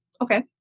Okay